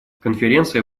конференция